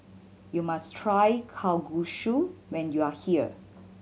you must try Kalguksu when you are here